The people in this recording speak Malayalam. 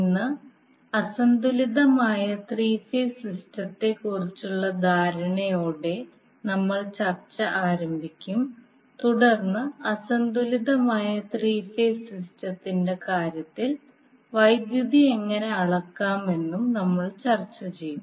ഇന്ന് അസന്തുലിതമായ ത്രീ ഫേസ് സിസ്റ്റത്തെക്കുറിച്ചുള്ള ധാരണയോടെ നമ്മൾ ചർച്ച ആരംഭിക്കും തുടർന്ന് അസന്തുലിതമായ ത്രീ ഫേസ് സിസ്റ്റത്തിന്റെ കാര്യത്തിൽ വൈദ്യുതി എങ്ങനെ അളക്കാമെന്നും നമ്മൾ ചർച്ച ചെയ്യും